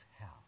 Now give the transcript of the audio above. hell